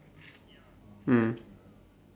mm